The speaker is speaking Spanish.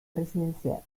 residencial